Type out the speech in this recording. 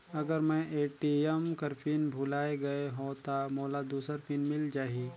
अगर मैं ए.टी.एम कर पिन भुलाये गये हो ता मोला दूसर पिन मिल जाही?